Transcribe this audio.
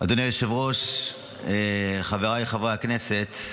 אדוני היושב-ראש, חבריי חברי הכנסת,